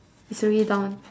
it's already down